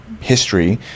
history